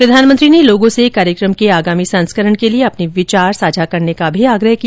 प्रधानमंत्री ने लोगों से कार्यक्रम के आगामी संस्करण के लिए अपने विचार साझा करने का भी आग्रह किया